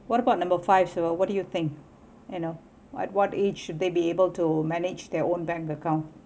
what about number five siva what do you think you know what what age should they be able to manage their own bank account